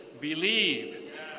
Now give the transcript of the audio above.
believe